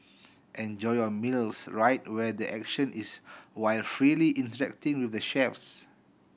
enjoy your meals right where the action is while freely interacting with the chefs